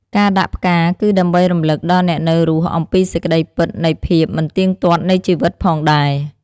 ការដាក់ផ្កា គឺដើម្បីរំលឹកដល់អ្នកនៅរស់អំពីសេចក្តីពិតនៃភាពមិនទៀងទាត់នៃជីវិតផងដែរ។